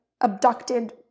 abducted